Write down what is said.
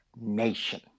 nation